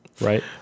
Right